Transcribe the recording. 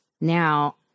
Now